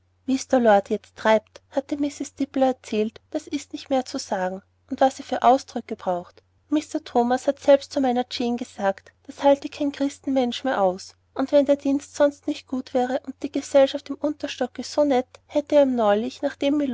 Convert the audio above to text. der lord jetzt treibt hatte mrs dibble erzählt das ist nicht mehr zu sagen und was er für ausdrücke braucht mr thomas hat selbst zu meiner jane gesagt das halte kein christenmensch mehr aus und wenn der dienst sonst nicht gut wäre und die gesellschaft im unterstocke so nett hätt er ihm neulich nachdem